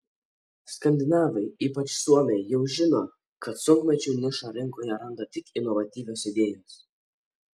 skandinavai ypač suomiai jau žino kad sunkmečiu nišą rinkoje randa tik inovatyvios idėjos